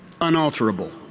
unalterable